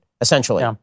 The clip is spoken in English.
essentially